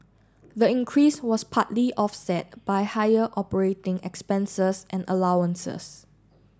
the increase was partly offset by higher operating expenses and allowances